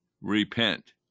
repent